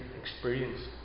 experience